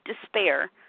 despair